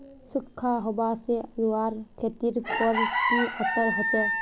सुखखा हाबा से रूआँर खेतीर पोर की असर होचए?